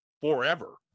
forever